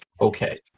okay